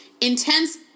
intense